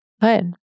Good